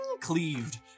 cleaved